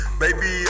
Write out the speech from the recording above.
baby